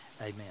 Amen